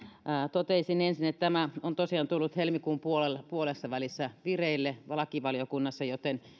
toteaisin ensin että tämä on tosiaan tullut helmikuun puolessavälissä vireille lakivaliokunnassa joten